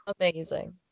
Amazing